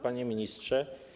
Panie Ministrze!